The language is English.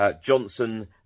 Johnson